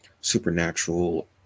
supernatural